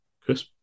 Chris